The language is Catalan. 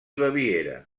baviera